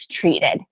treated